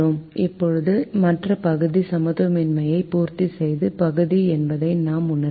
இப்போது மற்ற பகுதி சமத்துவமின்மையை பூர்த்தி செய்யும் பகுதி என்பதை நாம் உணர்கிறோம்